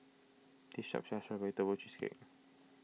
this shop sells Strawberry Tofu Cheesecake